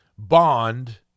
bond